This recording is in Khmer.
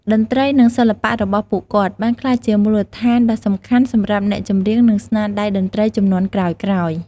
តន្ត្រី និងសិល្បៈរបស់ពួកគាត់ បានក្លាយជាមូលដ្ឋានដ៏សំខាន់សម្រាប់អ្នកចម្រៀង និងស្នាដៃតន្ត្រីជំនាន់ក្រោយៗ។